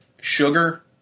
sugar